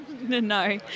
No